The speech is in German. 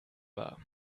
war